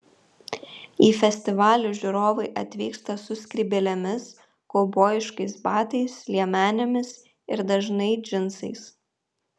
į festivalį žiūrovai atvyksta su skrybėlėmis kaubojiškais batais liemenėmis ir dažnai džinsais